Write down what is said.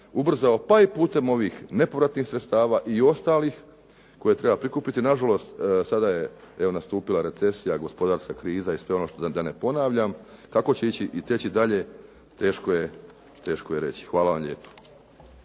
ubrzao, pa i putem ovih nepovratnih sredstava koje treba prikupiti. Na žalost, sada je nastupila recesija, gospodarska kriza i sve ono da ne ponavlja, kako će ići i teći dalje, teško je reći. Hvala vam lijepo.